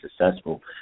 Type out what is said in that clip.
successful